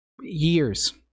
years